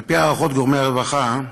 על-פי הערכות גורמי הרווחה,